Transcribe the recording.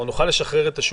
נוכל לשחרר את השוק.